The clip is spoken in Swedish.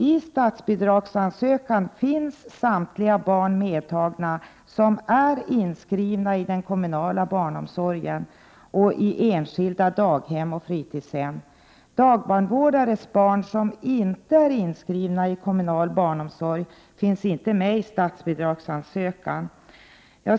I statsbidragsansökan finns samtliga barn medtagna som är inskrivna i den kommunala barnomsorgen och i enskilda daghem och fritidshem. Dagbarnvårdares barn som inte är inskrivna i kommunal barnomsorg finns inte med i statsbidragsansökan.